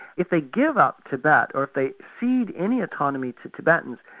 if they give up tibet or if they cede any autonomy to tibetans,